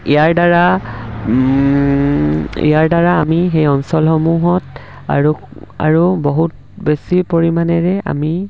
ইয়াৰ দ্বাৰা আমি সেই অঞ্চলসমূহত আৰু বহুত বেছি পৰিমাণেৰে আমি